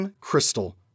Crystal